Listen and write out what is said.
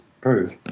prove